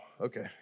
okay